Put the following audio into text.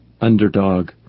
Underdog